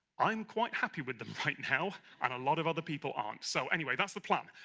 i'm quite happy with them right now and a lot of other people aren't so anyway, that's the plan.